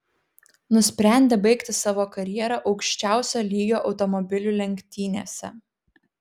nusprendė baigti savo karjerą aukščiausio lygio automobilių lenktynėse